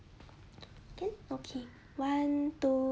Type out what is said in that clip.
can okay one two